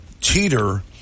teeter